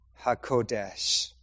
HaKodesh